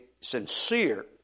sincere